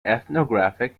ethnographic